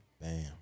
Bam